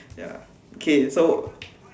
ya okay so